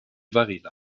varela